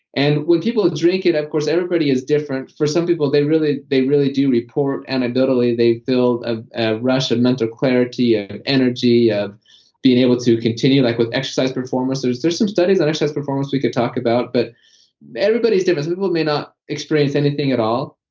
and when people drink it, of course everybody is different. for some people they really they really do report anecdotally they feel ah a rush of mental clarity, a energy, being able to continue like with exercise performance there's there's some studies on exercise performance we could talk about, but everybody is different. some people may not experience anything at all.